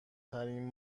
ترین